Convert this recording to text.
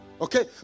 Okay